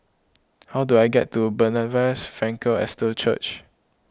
how do I get to Bethesda Frankel Estate Church